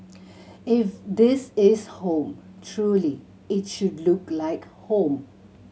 if this is home truly it should look like home